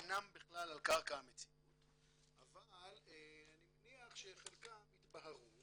אינם בכלל על קרקע המציאות אבל אני מניח שחלקם יתבהרו